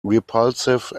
repulsive